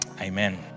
amen